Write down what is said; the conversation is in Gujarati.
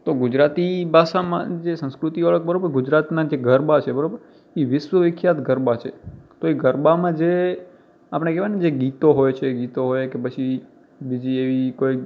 તો ગુજરાતી ભાષામાં જે સંસ્કૃતિવાળા બરાબર ગુજરાતીના જે ગરબા છે બરાબર એ વિશ્વવિખ્યાત ગરબા છે તો એ ગરબામાં જે આપણે કહેવાય ને જે ગીતો હોય છે ગીતો હોય કે પછી બીજી એવી કોઈ